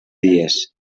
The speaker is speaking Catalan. dies